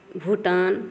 Bhutan